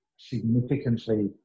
significantly